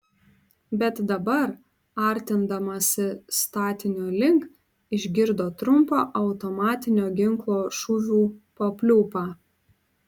bet dabar artindamasi statinio link išgirdo trumpą automatinio ginklo šūvių papliūpą